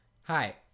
Hi